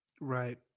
Right